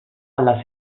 alla